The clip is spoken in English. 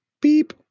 beep